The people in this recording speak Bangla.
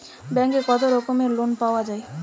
ব্যাঙ্কে কত রকমের লোন পাওয়া য়ায়?